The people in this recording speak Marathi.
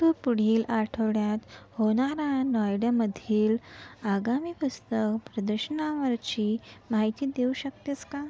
तू पुढील आठवड्यात होणाऱ्या नोएडामधील आगामी पुस्तक प्रदर्शनावरची माहिती देऊ शकतेस का